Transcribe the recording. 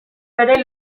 bere